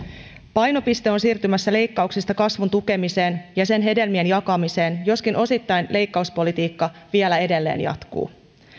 painopiste on siirtymässä leikkauksista kasvun tukemiseen ja sen hedelmien jakamiseen joskin osittain leikkauspolitiikka vielä edelleen jatkuu